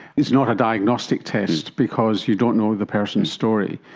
is not a diagnostic test because you don't know the person's story.